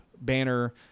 banner